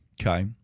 Okay